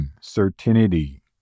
certainty